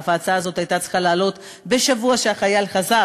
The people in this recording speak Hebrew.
ההצעה הזאת הייתה צריכה לעלות בשבוע שהחייל חזר,